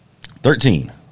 Thirteen